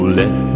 let